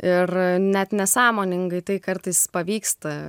ir net nesąmoningai tai kartais pavyksta